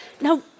Now